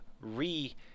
re-